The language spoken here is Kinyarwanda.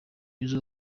mwiza